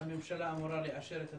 הממשלה אמורה לאשר את התקציב.